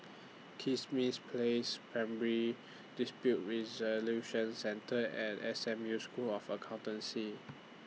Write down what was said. Kismis Place Primary Dispute Resolution Centre and S M U School of Accountancy